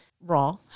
raw